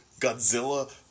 Godzilla